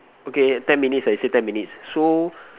okay ten minutes I say ten minutes so